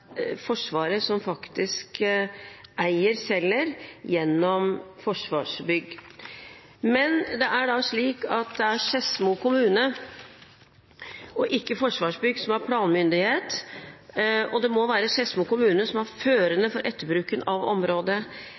Forsvaret som eier Kjeller, gjennom Forsvarsbygg. Men det er slik at det er Skedsmo kommune og ikke Forsvarsbygg som har planmyndighet, og det må være Skedsmo kommune som er førende for etterbruken av området.